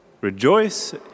Rejoice